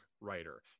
writer